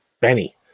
Benny